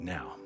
Now